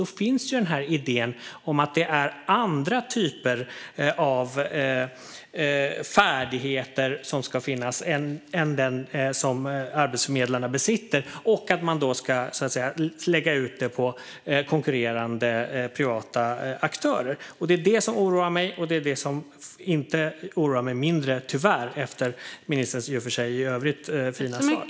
Då finns idén att det är andra typer av färdigheter som ska finnas än dem arbetsförmedlarna besitter och att man ska lägga ut detta på konkurrerande, privata aktörer. Det är det som oroar mig, och det oroar mig tyvärr inte mindre efter ministerns i övrigt i och för sig fina svar.